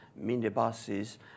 minibuses